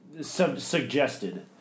Suggested